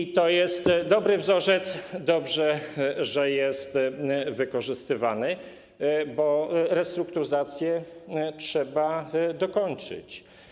I to jest dobry wzorzec, dobrze, że jest wykorzystywany, bo restrukturyzację trzeba dokończyć.